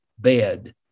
bed